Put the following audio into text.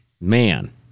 Man